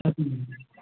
చెప్పండి మేడం